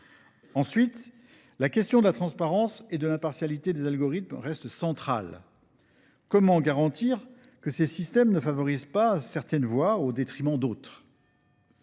Ensuite, la question de la transparence et de l’impartialité des algorithmes reste centrale. Comment garantir que ces systèmes ne favorisent pas certaines voix au détriment d’autres ?